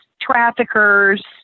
traffickers